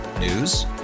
News